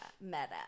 meta